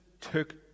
took